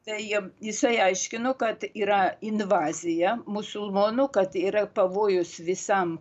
tai jiem jisai aiškino kad yra invazija musulmonų kad yra pavojus visam